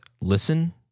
listen